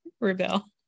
rebel